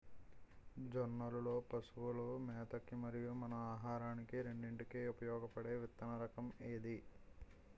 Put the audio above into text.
జొన్నలు లో పశువుల మేత కి మరియు మన ఆహారానికి రెండింటికి ఉపయోగపడే విత్తన రకం ఏది?